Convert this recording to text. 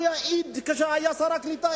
הוא יעיד שכשהיה שר הקליטה,